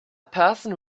person